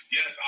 Yes